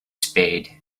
spade